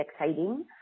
exciting